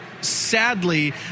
sadly